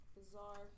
Bizarre